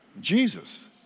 Jesus